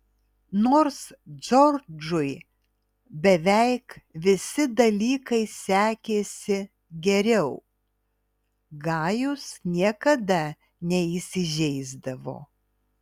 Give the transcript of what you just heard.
nors džordžui beveik visi dalykai sekėsi geriau gajus niekada neįsižeisdavo